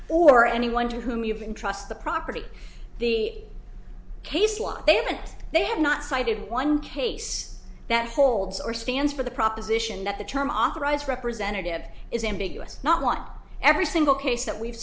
or anyone to whom you can trust the property the case what they haven't they have not cited one case that holds or stands for the proposition that the term authorized representative is ambiguous not want every single case that we've